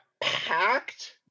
Packed